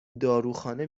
داروخانه